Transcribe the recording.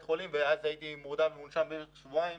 החולים ואז הייתי מורדם ומונשם בערך שבועיים.